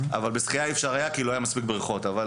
אבל אי אפשר היה לעשות זאת בשחייה כי לא היו מספיק בריכות.